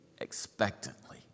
expectantly